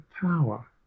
power